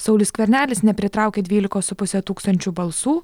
saulius skvernelis nepritraukė dvylikos su puse tūkstančių balsų